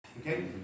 Okay